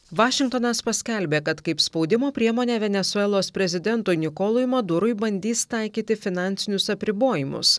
vašingtonas paskelbė kad kaip spaudimo priemonę venesuelos prezidentui nikolui madurui bandys taikyti finansinius apribojimus